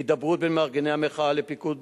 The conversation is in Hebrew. הידברות, בין מארגני המחאה לפיקוד